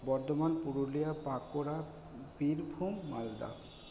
Bardhaman Purulia Bankura Birbhum Malda